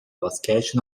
basquete